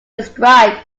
described